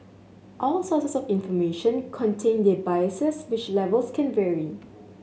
all sources of information contain their biases which levels can vary